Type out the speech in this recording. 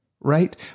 right